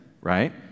right